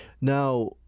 Now